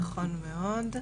נכון מאוד.